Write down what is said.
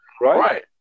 Right